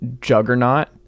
juggernaut